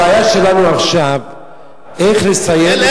הבעיה שלנו עכשיו היא איך לסיים את,